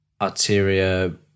Arteria